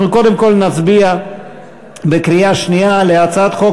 אנחנו קודם כול נצביע בקריאה שנייה על הצעת חוק